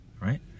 right